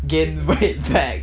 gain weight back